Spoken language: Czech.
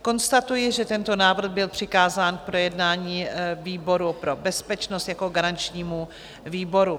Konstatuji, že tento návrh byl přikázán k projednání výboru pro bezpečnost jako garančnímu výboru.